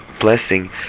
blessing